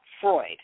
Freud